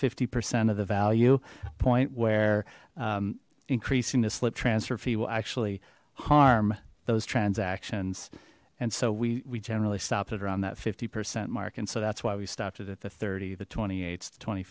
fifty percent of the value point we're increasing the slip transfer fee will actually harm those transactions and so we we generally stopped it around that fifty percent mark and so that's why we've stopped it at the thirty the twenty eight to twenty